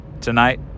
tonight